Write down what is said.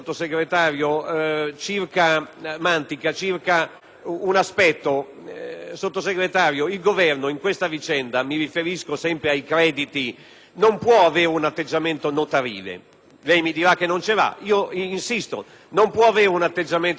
un aspetto. Il Governo in questa vicenda - mi riferisco sempre ai crediti - non può avere un atteggiamento notarile. Mi dirà che non ce l'ha; io insisto che non può averlo. Non può semplicemente limitarsi a registrare il fatto che le parti non si mettono d'accordo.